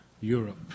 Europe